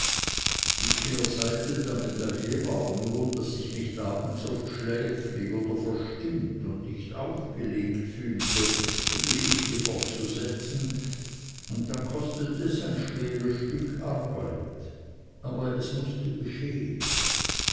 die kehrseite der medaille war nur daß ich mich abends oft schläfrig oder verstimmt oder nicht aufgelegt fühlte die geschichte fortzusetzen und dann kostete es ein schweres stück arbeit aber es mußte geschehen